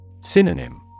Synonym